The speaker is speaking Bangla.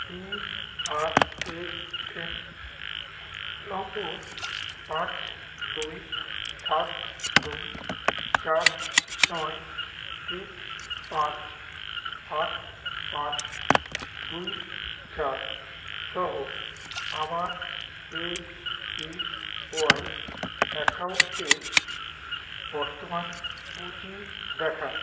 পিআরএএন নম্বর পাঁচ দুই সাত দুই চার নয় তিন পাঁচ আট পাঁচ দুই চারসহ আমার এ পি ওয়াই অ্যাকাউন্টের বর্তমান পুঁজি দেখান